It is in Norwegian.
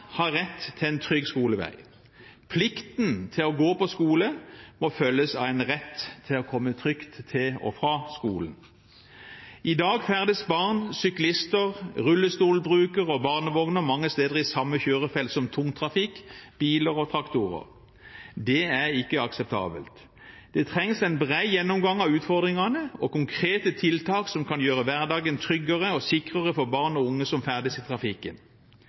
har rett til en trygg skolevei. Plikten til å gå på skole må følges av en rett til å komme trygt til og fra skolen. I dag ferdes barn, syklister, rullestolbrukere og folk med barnevogn mange steder i samme kjørefelt som tungtrafikk, biler og traktorer. Det er ikke akseptabelt. Det trengs en bred gjennomgang av utfordringene og konkrete tiltak som kan gjøre hverdagen tryggere og sikrere for barn og unge som ferdes i trafikken.